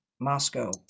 Moscow